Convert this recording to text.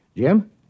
Jim